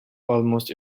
almost